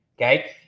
Okay